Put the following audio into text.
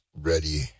ready